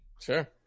Sure